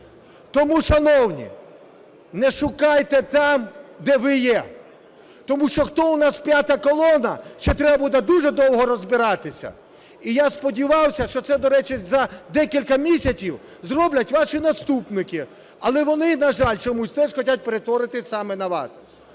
Тому, шановні, не шукайте там, де ви є, тому що, хто у нас "п'ята колона", ще треба буде дуже довго розбиратися. І я сподівався, що це, до речі, за декілька місяців зроблять ваші наступники, але вони, на жаль, чомусь теж хочуть перетворитися саме на вас.